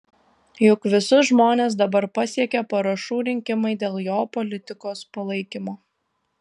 juk visus žmones dabar pasiekia parašų rinkimai dėl jo politikos palaikymo